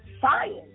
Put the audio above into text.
science